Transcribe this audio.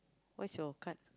what's your card